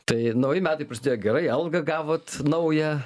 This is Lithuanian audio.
tai nauji metai prasidėjo gerai algą gavot naują